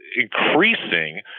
increasing